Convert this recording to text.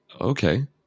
Okay